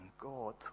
God